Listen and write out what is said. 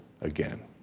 again